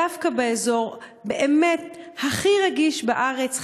דווקא באזור באמת הכי רגיש בארץ,